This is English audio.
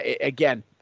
Again